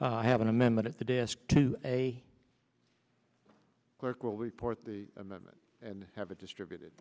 i have an amendment at the desk a clerk will report the amendment and have a distributed